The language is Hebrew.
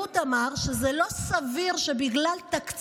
אמר לפי עילת הסבירות שזה לא סביר שבגלל תקציב